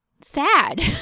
sad